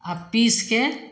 आओर पीसिके